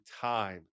time